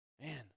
Man